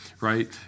right